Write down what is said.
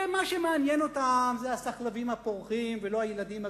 שמה שמעניין אותם זה הסחלבים הפורחים ולא הילדים הגדלים,